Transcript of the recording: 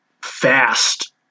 fast